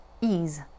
ease